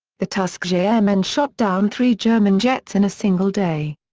the tuskegee airmen shot down three german jets in a single day.